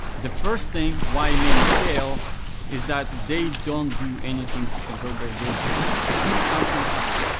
the first thing why many fail is that they don't do anything to convert their visitors to something else.